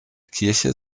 kirche